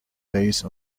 based